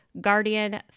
Guardian